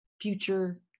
future